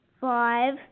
five